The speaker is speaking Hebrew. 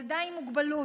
ילדה עם מוגבלות.